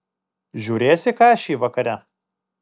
žiūrėsi kašį vakare